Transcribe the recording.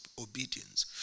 obedience